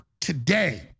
today